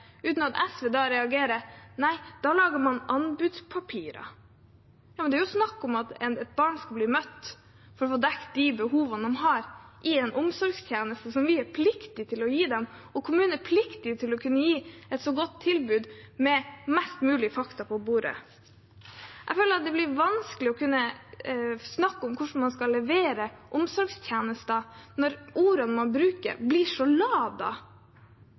uten at SV reagerer med at da lager man anbudspapirer? Det er jo snakk om at barn skal bli møtt for å få dekket de behovene de har, i en omsorgstjeneste som vi er pliktig til å gi dem, og kommunen er pliktig til å kunne gi et så godt tilbud med mest mulig fakta på bordet. Jeg føler at det blir vanskelig å kunne snakke om hvordan man skal levere omsorgstjenester, når ordene man bruker, blir så